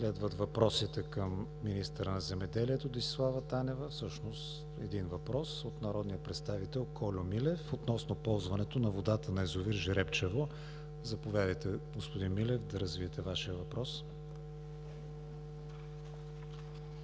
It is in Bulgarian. Следва въпрос към министъра на земеделието Десислава Танева, от народния представител Кольо Милев относно ползването на водата на язовир „Жребчево“. Заповядайте, господин Милев, да развиете Вашия въпрос.